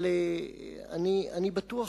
אבל אני בטוח,